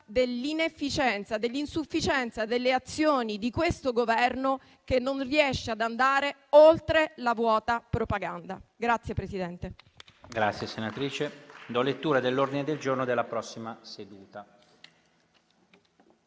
dell'inefficienza e dell'insufficienza delle azioni di questo Governo che non riesce ad andare oltre la vuota propaganda.